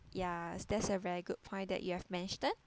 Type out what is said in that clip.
ya that's a very good point that you have mentioned